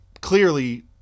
clearly